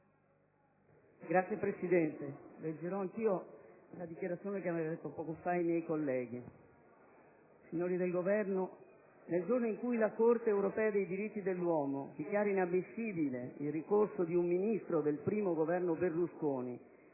Signora Presidente, leggero anch'io la dichiarazione che hanno letto i miei colleghi. Signori del Governo, nel giorno in cui la Corte europea dei diritti dell'uomo dichiara inammissibile il ricorso di un Ministro del I Governo Berlusconi,